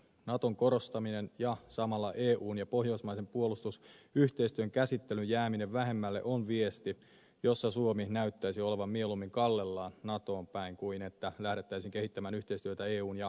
naton korostaminen ja samalla eun ja pohjoismaisen puolustusyhteistyön käsittelyn jääminen vähemmälle on viesti siitä että suomi näyttäisi olevan mieluummin kallellaan natoon päin kuin että lähdettäisiin kehittämään yhteistyötä eun ja pohjoismaiden kanssa